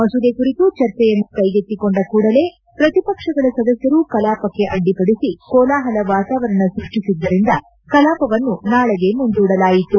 ಮಸೂದೆ ಕುರಿತು ಚರ್ಚೆಯನ್ನು ಕೈಗೆತ್ತಿಕೊಂಡ ಕೂಡಲೇ ಪ್ರತಿಪಕ್ಷಗಳ ಸದಸ್ಯರು ಕಲಾಪಕ್ಕೆ ಅಡ್ಡಿಪಡಿಸಿ ಕೋಲಾಹಲ ವಾತಾವರಣ ಸೃಷ್ಷಿಸಿದ್ದರಿಂದ ಕಲಾಪವನ್ನು ನಾಳೆಗೆ ಮುಂದೂಡಲಾಯಿತು